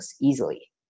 easily